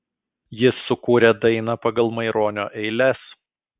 jis sukūrė dainą pagal maironio eiles